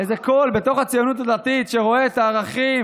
איזה קול בתוך הציונות הדתית שרואה את הערכים